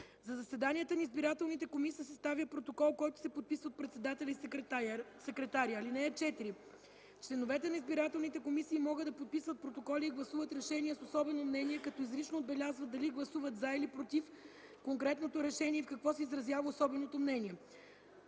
За заседанията на избирателните комисии се съставя протокол, който се подписва от председателя и секретаря. (4) Членовете на избирателните комисии могат да подписват протоколи и гласуват решения с особено мнение, като изрично отбелязват дали гласуват „за” или „против” конкретното решение и в какво се изразява особеното мнение.